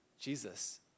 Jesus